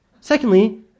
Secondly